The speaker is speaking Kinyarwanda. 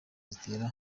zitera